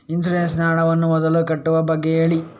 insurance ನ ಹಣವನ್ನು ಮೊದಲಿಗೆ ಕಟ್ಟುವ ಬಗ್ಗೆ ಹೇಳಿ